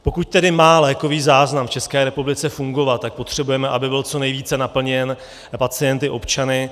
Pokud tedy má lékový záznam v České republice fungovat, tak potřebujeme, aby byl co nejvíc naplněn pacienty, občany.